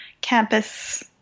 campus